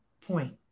point